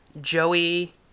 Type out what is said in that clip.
Joey